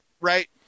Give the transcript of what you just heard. Right